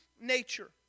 nature